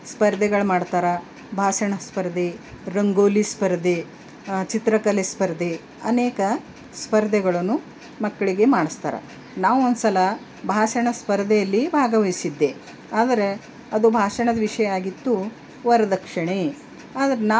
ಸ್ಪರ್ಧೆಗಳು ಮಾಡ್ತಾರ ಭಾಷಣ ಸ್ಪರ್ಧೆ ರಂಗೋಲಿ ಸ್ಪರ್ಧೆ ಚಿತ್ರಕಲೆ ಸ್ಪರ್ಧೆ ಅನೇಕ ಸ್ಪರ್ಧೆಗಳನ್ನು ಮಕ್ಳಿಗೆ ಮಾಡಿಸ್ತಾರ ನಾವು ಒಂದುಸಲ ಭಾಷಣ ಸ್ಪರ್ಧೆಯಲ್ಲಿ ಭಾಗವಹಿಸಿದ್ದೆ ಆದರೆ ಅದು ಭಾಷಣದ ವಿಷಯ ಆಗಿತ್ತು ವರದಕ್ಷಿಣೆ